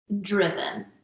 Driven